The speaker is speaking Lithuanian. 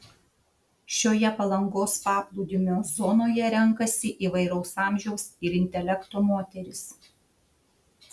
šioje palangos paplūdimio zonoje renkasi įvairaus amžiaus ir intelekto moterys